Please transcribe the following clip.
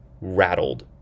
rattled